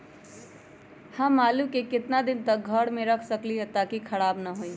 हम आलु को कितना दिन तक घर मे रख सकली ह ताकि खराब न होई?